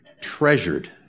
treasured